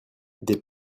des